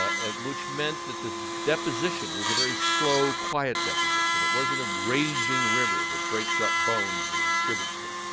and which meant that the deposition was a very slow, quiet deposition. it wasn't a raging river that breaks up bones and distributes them.